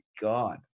God